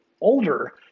older